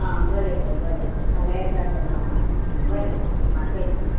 आं बरें तर बरें तर फाल्यां येता तर णवांक बरें बरें आं थँक्यू